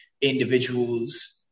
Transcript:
individuals